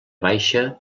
baixa